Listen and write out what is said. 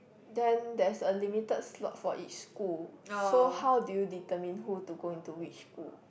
then there's a limited slot for each school so how do you determine who to go into which school